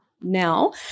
now